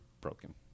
broken